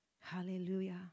Hallelujah